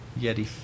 Yeti